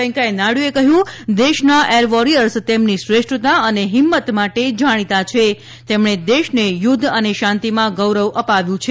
વેંકૈયા નાયડુએ કહ્યું કે દેશના એર વોરિયર્સ તેમની શ્રેષ્ઠતા અને હિંમત માટે જાણીતા છે અને તેમણે દેશને યુદ્ધ અને શાંતિમાં ગૌરવ અપાવ્યું છે